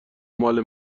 مال